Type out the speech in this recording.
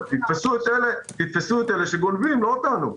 תתפסו את אלה שגונבים, לא אותנו.